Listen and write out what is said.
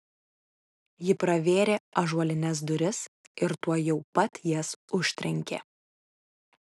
ji pravėrė ąžuolines duris ir tuojau pat jas užtrenkė